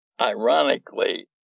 ironically